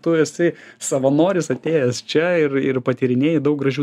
tu esi savanoris atėjęs čia ir ir patyrinėji daug gražių